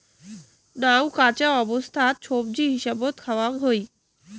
নাউ কাঁচা অবস্থাত সবজি হিসাবত খাওয়াং হই